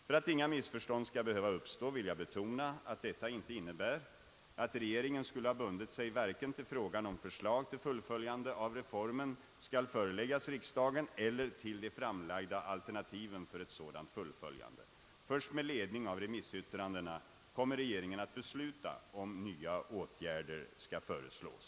För att inga missförstånd skall behöva uppstå vill jag betona att detta inte innebär att regeringen skulle ha bundit sig vare sig till frågan om förslag till fullföljande av reformen skall föreläggas riksdagen eller till de framlagda alternativen för ett sådant fullföljande. Först med ledning av remissyttrandena kommer regeringen att besluta om nya åtgärder skall föreslås.